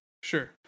sure